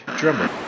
drummer